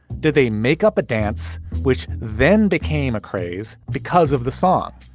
did they make up a dance which then became a craze because of the song?